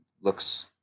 looks